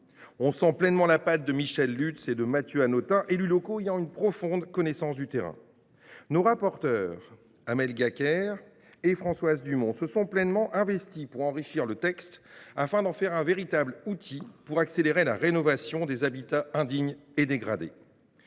On sent pleinement la patte de Michèle Lutz et de Mathieu Hanotin, deux élus locaux ayant une profonde connaissance du terrain. Nos rapporteures, Mmes Amel Gacquerre et Françoise Dumont, se sont pleinement investies pour enrichir le texte, afin d’en faire un véritable outil d’accélération de la rénovation des habitats indignes et dégradés.